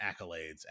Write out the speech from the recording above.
accolades